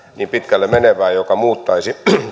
niin pitkälle menevää joka muuttaisi